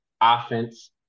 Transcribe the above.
offense